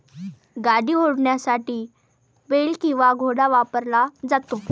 गाडी ओढण्यासाठी बेल किंवा घोडा वापरला जातो